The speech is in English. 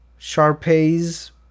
Sharpay's